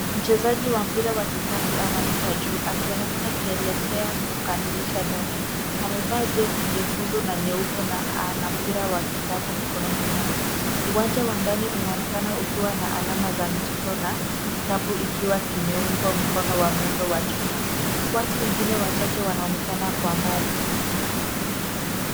Mchezaji wa mpira wa kikapu anaruka juu akionekana akielekea kukamilisha daki . Amevaa jezi jekundu na nyeupe na ana mpira wa kikapu mkononi mwake. Uwanja wa ndani unaonekana ukiwa na alama za michezo na kikapu ikiwa kimeungwa mkono wa muundo wa chuma. Watu wengine wachache wanaonekana kwa mbali.